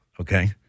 okay